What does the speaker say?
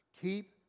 keep